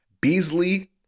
Beasley